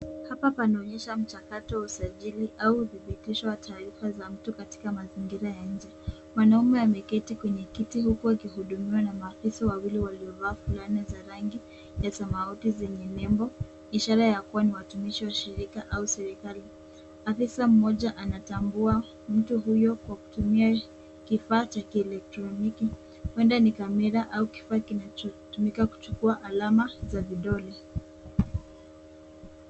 Hapa panaonyesha mchakato wa usajili au udhibitisho wa taarifa za mtu katika mazingira ya nje. Mwanaume ameketi kwenye kiti huku aki hudumiwa na maafisa wawili waliovaa fulani za rangi ya samawati zenye nembo, ishara ya kuwa ni watumishi wa shirika au serikali. Afisa mmoja anatambua mtu huyo kwa kutumia kifaa cha kielektroniki, kwenda ni Camera , au kifaa kinachotumika kuchukua alama za vidole.